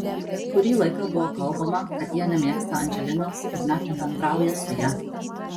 kurį laiką buvo kalbama kad jie nemėgsta andželinos ir net nebendrauja su ja